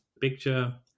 picture